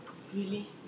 really